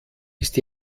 ist